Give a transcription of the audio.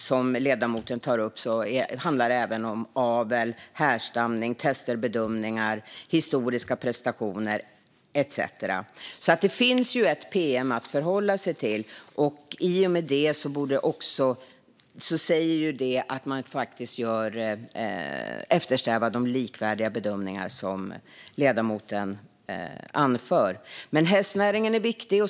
Som ledamoten tar upp handlar det även om avel, härstamning, tester, bedömningar, historiska prestationer etcetera. Det finns alltså ett pm att förhålla sig till, och i och med det ska man eftersträva de likvärdiga bedömningar som ledamoten anför. Hästnäringen är viktig.